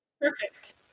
Perfect